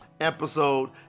episode